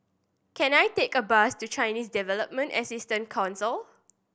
can I take a bus to Chinese Development Assistance Council